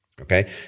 okay